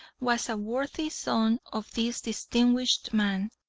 was a worthy son of this distinguished man.